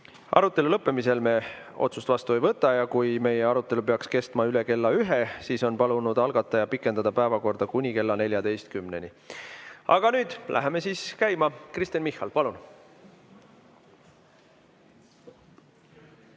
Arutelu lõppemisel me otsust vastu ei võta. Kui meie arutelu peaks kestma üle kella ühe, siis on algataja palunud pikendada päevakorda kuni kella 14-ni. Aga läheme nüüd siis käima. Kristen Michal, palun!